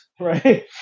right